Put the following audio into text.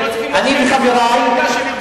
אני וחברי,